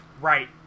Right